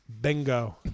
Bingo